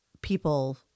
people